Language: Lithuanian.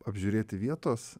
apžiūrėti vietos